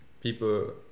people